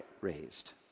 raised